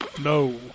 No